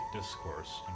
discourse